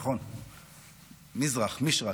מזרח, מישרק.